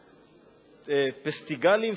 פּסטיגלים,